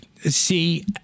see